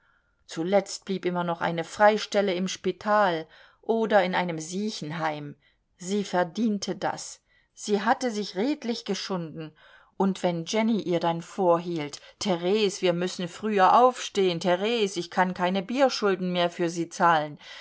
zuletzt blieb immer noch eine freistelle im spital oder in einem siechenheim sie verdiente das sie hatte sich redlich geschunden und wenn jenny ihr dann vorhielt theres wir müssen früher aufstehen theres ich kann keine bierschulden mehr für sie zahlen